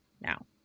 now